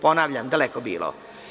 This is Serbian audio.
Ponavljam, daleko bilo.